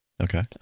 Okay